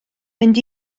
mynd